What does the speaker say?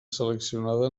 seleccionada